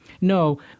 No